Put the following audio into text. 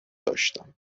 داشتم